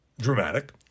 dramatic